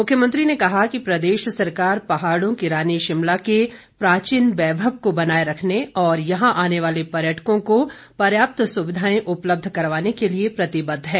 मुख्यमंत्री ने कहा कि प्रदेश सरकार पहाड़ों की रानी शिमला के प्राचीन वैभव के बनाए रखने और यहां आने वाले पर्यटकों को पर्याप्त सुविधाएं उपलब्ध करवाने के लिए प्रतिबद्ध है